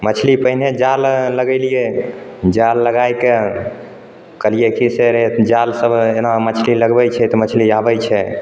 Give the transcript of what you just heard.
मछली पहिने जाल लगेलिए जाल लगाइके कहलिए की से रे जाल सब एना मछली लगबै छियै तऽ मछली आबै छै